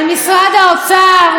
על משרד האוצר,